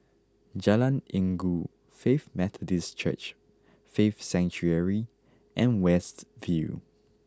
Jalan Inggu Faith Methodist Church Faith Sanctuary and West View